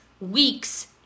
weeks